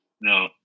No